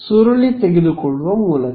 ಸುರುಳಿ ತೆಗೆದುಕೊಳ್ಳುವ ಮೂಲಕ